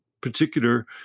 particular